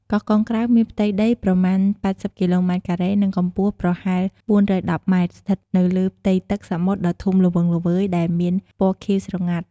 កោះកុងក្រៅមានផ្ទៃដីប្រមាណ៨០គីឡូម៉ែត្រការ៉េ និងកម្ពស់ប្រហែល៤១០ម៉ែត្រ ស្ថិតនៅលើផ្ទៃទឹកសមុទ្រដ៏ធំល្វឹងល្វើយ ដែលមានព៌ណខៀវស្រងាត់។